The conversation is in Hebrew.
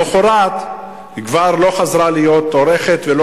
למחרת היא כבר לא חזרה להיות עורכת ולא